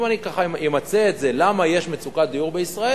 אם אני אמצה את זה, למה יש מצוקת דיור בישראל,